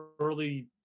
early